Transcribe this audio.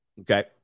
Okay